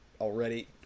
already